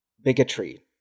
bigotry